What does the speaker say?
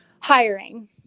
Hiring